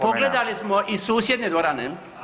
Pogledali smo i susjedne dvorane.